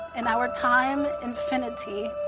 an our time, infinity,